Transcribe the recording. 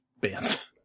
bands